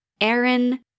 Aaron